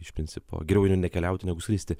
iš principo geriau jau nekeliauti negu skristi